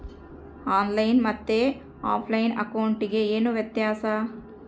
On line ಮತ್ತೆ offline ಅಕೌಂಟಿಗೆ ಏನು ವ್ಯತ್ಯಾಸ?